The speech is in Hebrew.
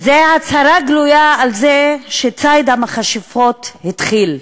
זאת הצהרה גלויה על זה שציד המכשפות התחיל,